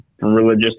religious